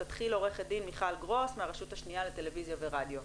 תתחיל עו"ד מיכל גרוס מהרשות השניה לטלויזיה ורדיו,